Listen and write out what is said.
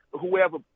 whoever